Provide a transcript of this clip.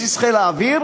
בסיס חיל האוויר,